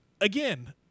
again